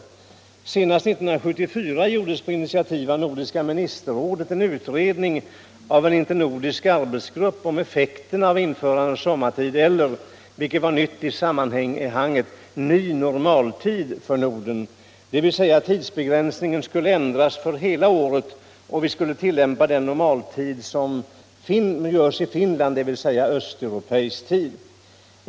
Senast 1974 gjordes på initiativ av Nordiska ministerrådet en utredning av en internordisk arbetsgrupp om effekterna av införandet av sommartid eller — vilket var nytt i sammanhanget — ny normaltid för Norden, dvs. tidsberäkningen skulle ändras för hela året och vi skulle tillämpa den normaltid som finns i Finland, dvs. östeuropeisk tid.